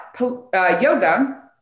yoga